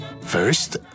First